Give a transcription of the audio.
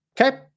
Okay